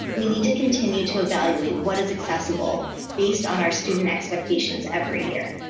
we need to continue to evaluate what is accessible based on our student expectations every year.